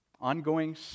Ongoing